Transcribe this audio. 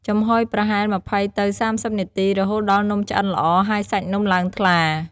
ចំហុយប្រហែល ២០ទៅ៣០ នាទី រហូតដល់នំឆ្អិនល្អ ហើយសាច់នំឡើងថ្លា។